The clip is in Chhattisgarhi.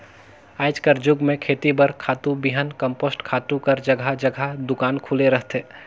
आएज कर जुग में खेती बर खातू, बीहन, कम्पोस्ट खातू कर जगहा जगहा दोकान खुले रहथे